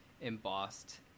embossed